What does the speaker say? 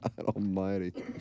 almighty